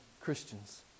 Christians